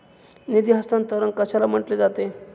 निधी हस्तांतरण कशाला म्हटले जाते?